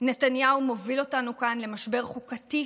נתניהו מוביל אותנו כאן למשבר חוקתי,